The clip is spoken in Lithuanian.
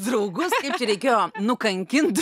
draugus reikėjo nukankint